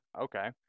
Okay